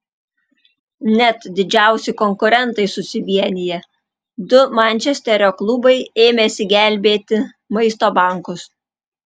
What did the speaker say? net didžiausi konkurentai susivienija du mančesterio klubai ėmėsi gelbėti maisto bankus